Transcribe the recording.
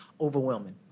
overwhelming